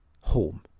home